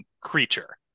creature